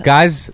Guys